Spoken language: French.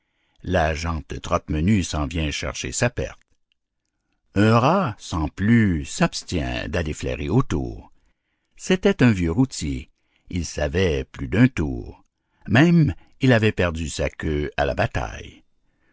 la gent trotte-menu s'en vient chercher sa perte un rat sans plus s'abstient d'aller flairer autour c'était un vieux routier il savait plus d'un tour même il avait perdu sa queue à la bataille